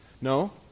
No